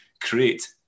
create